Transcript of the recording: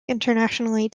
internationally